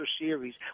Series